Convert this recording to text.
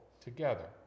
together